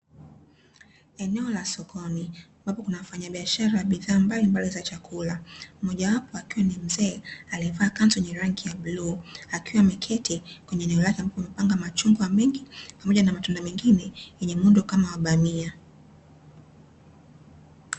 Eneo la sokoni ambapo kuna wafanyabiashara wa bidhaa mbalimbali za chakula, mmoja wapo akiwa ni mzee aliyevaa kanzu yenye rangi ya bluu akiwa ameketi kwenye eneo lako ambapo amepanga machungwa mengi pamoja na matunda mengine yenye muundo kama wa bamia.